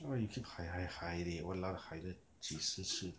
why you keep hai hai hai leh !walao! hai 了几十次